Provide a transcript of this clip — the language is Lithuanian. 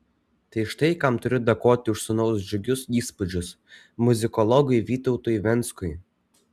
tai štai kam turiu dėkoti už sūnaus džiugius įspūdžius muzikologui vytautui venckui